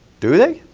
do they?